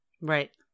Right